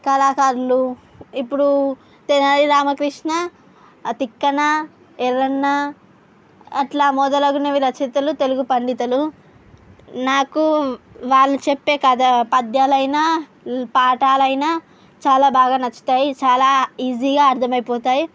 కళాకారులు ఇప్పుడు తెనాలి రామకృష్ణ తిక్కన్న ఎర్రన్న అట్లా మొదలగునవి రచితలు తెలుగు పండితలు నాకు వాళ్ళు చెప్పే కథ పద్యాలైన పాఠాలయినా చాలా బాగా నచ్చుతాయి చాలా ఈజీ గా అర్థమయిపోతాయి